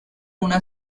una